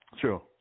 True